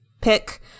pick